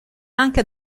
anche